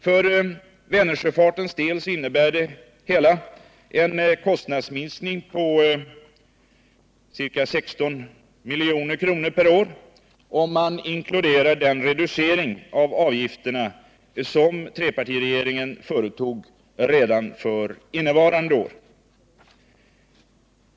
För Vänersjöfartens del innebär det hela en kostnadsminskning på ca 16 milj.kr. per år, om man inkluderar den reducering av avgifterna som trepartiregeringen företog redan för innevarande år.